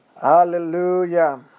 Hallelujah